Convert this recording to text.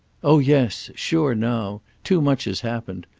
oh yes sure now. too much has happened.